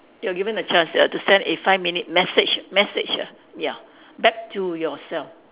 you are given the chance ya to a five minute message message ah ya back to yourself